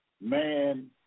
man